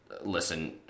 listen